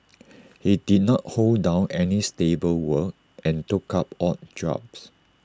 he did not hold down any stable work and took up odd jobs